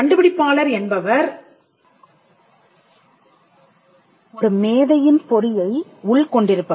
கண்டுபிடிப்பாளர் என்பவர் ஒரு மேதையின் பொறியை உள் கொண்டிருப்பவர்